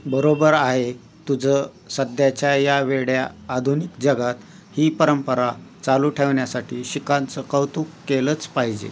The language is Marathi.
बरोबर आहे तुझं सध्याच्या या वेड्या आधुनिक जगात ही परंपरा चालू ठेवण्यासाठी शिखांचं कौतुक केलंच पाहिजे